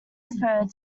referred